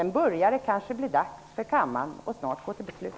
Nu börjar det kanske bli dags för kammaren att gå till beslut.